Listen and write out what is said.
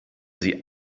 sie